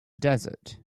desert